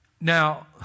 Now